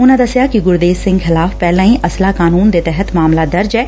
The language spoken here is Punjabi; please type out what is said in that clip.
ਉਨਾਂ ਦਸਿਆ ਕਿ ਗੁਰਦੇਵ ਸਿੰਘ ਖਿਲਾਫ਼ ਪਹਿਲਾਂ ਹੀ ਅਸਲਾ ਕਾਨੁੰਨ ਦੇ ਤਹਿਤ ਮਾਮਲਾ ਦਰਜ ਐ